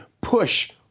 push